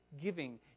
giving